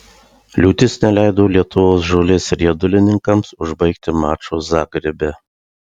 liūtis neleido lietuvos žolės riedulininkams užbaigti mačo zagrebe